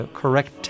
correct